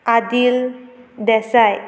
Adil Desai